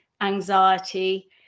anxiety